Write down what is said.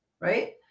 Right